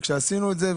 וכשעשינו את זה,